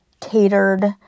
catered